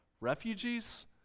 Refugees